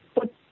put